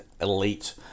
elite